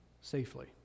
safely